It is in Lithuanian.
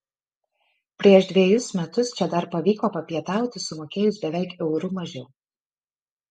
prieš dvejus metus čia dar pavyko papietauti sumokėjus beveik euru mažiau